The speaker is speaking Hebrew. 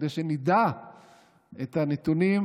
כדי שנדע את הנתונים,